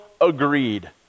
agreed